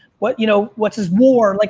what, you know, what's his war? like